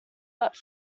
but